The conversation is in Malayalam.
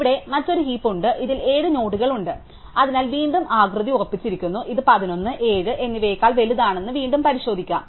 ഇവിടെ മറ്റൊരു ഹീപ് ഉണ്ട് ഇതിൽ 7 നോഡുകളുണ്ട് അതിനാൽ വീണ്ടും ആകൃതി ഉറപ്പിച്ചിരിക്കുന്നു ഇത് 11 7 എന്നിവയേക്കാൾ വലുതാണെന്ന് നിങ്ങൾക്ക് വീണ്ടും പരിശോധിക്കാം